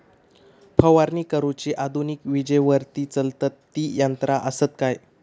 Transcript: फवारणी करुची आधुनिक विजेवरती चलतत ती यंत्रा आसत काय?